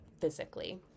physically